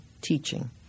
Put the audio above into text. teaching